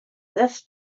this